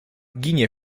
ginie